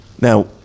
Now